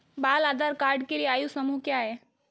बाल आधार कार्ड के लिए आयु समूह क्या है?